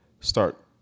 start